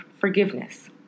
forgiveness